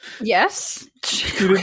Yes